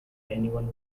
anyone